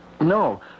No